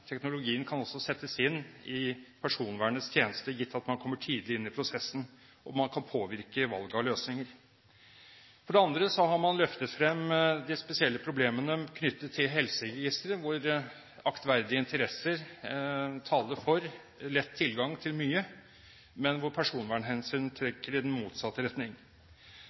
teknologien kan også settes inn i personvernets tjeneste, gitt at man kommer tidlig inn i prosessen og kan påvirke valg av løsninger. For det andre har man løftet frem de spesielle problemene knyttet til helseregistre, hvor aktverdige interesser taler for lett tilgang til mye, men hvor personvernhensyn trekker i den motsatte retning.